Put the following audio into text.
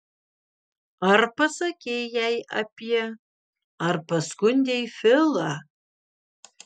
ar pasakei jai apie ar paskundei filą